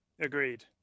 agreed